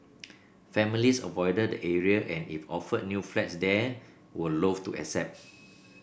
families avoided the area and if offered new flats there were loathe to accept